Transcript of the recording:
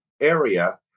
area